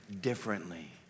differently